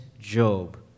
Job